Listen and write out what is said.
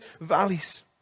valleys